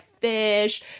fish